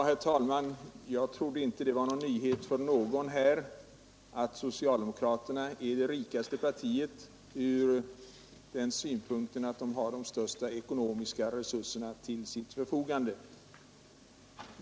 Herr talman! Jag trodde inte att det för någon här var en nyhet att socialdemokratiska partiet är det rikaste, sett från den synpunkten att det har de största ekonomiska resurserna till sitt förfogande.